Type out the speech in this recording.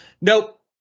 Nope